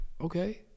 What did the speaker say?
Okay